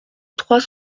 trois